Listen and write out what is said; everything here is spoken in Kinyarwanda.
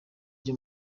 ryo